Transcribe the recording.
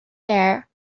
there